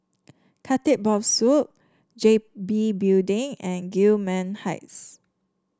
Khatib Bongsu G B Building and Gillman Heights